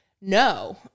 no